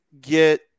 get